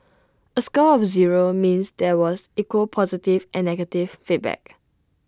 A score of zero means there was equal positive and negative feedback